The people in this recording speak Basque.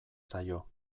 zaio